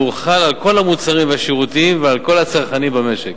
והוא חל על כל המוצרים והשירותים ועל כל הצרכנים במשק.